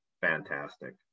fantastic